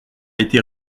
été